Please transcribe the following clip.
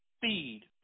Feed